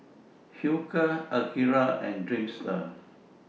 Hilker Akira and Dreamster